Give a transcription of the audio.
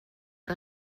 que